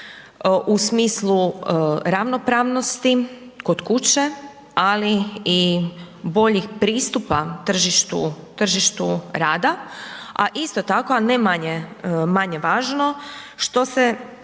u smislu ravnopravnosti kod kuće, ali i boljih pristupa tržištu, tržištu rada, a isto tako a ne manje važno što se